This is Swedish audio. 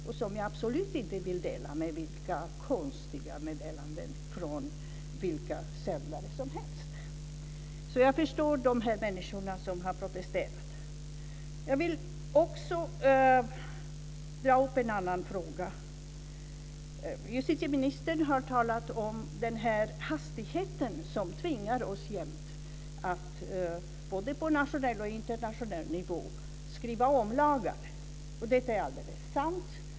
I den vill jag absolut inte ha in konstiga meddelanden från vilka sändare som helst. Jag förstår de människor som har protesterat. Jag vill ta upp en annan fråga också. Justitieministern har talat om hastigheten som tvingar oss att, både på nationell och internationell nivå, skriva om lagar. Detta är alldeles sant.